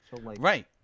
Right